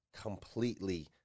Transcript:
completely